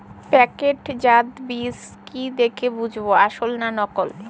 প্যাকেটজাত বীজ কি দেখে বুঝব আসল না নকল?